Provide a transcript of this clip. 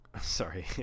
sorry